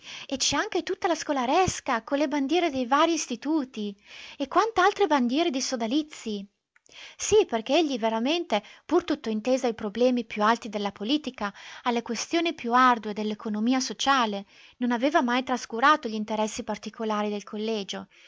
e c'è anche tutta la scolaresca con le bandiere dei varii istituti e quant'altre bandiere di sodalizii sì perché egli veramente pur tutto inteso ai problemi più alti della politica alle questioni più ardue dell'economia sociale non aveva mai trascurato gl'interessi particolari del collegio